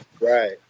Right